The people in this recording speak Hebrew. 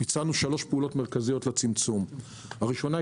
וביצענו שלוש פעולות מרכזיות לצמצום: הראשונה,